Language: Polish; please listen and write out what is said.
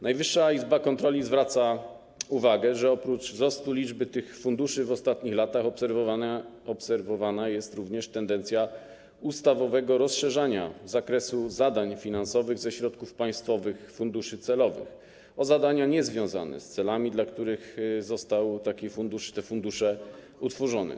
Najwyższa Izba Kontroli zwraca uwagę, że oprócz wzrostu liczby tych funduszy w ostatnich latach obserwowana jest również tendencja ustawowego rozszerzania zakresu zadań finansowych ze środków państwowych funduszy celowych o zadania niezwiązane z celami, dla których zostały te fundusze utworzone.